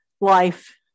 life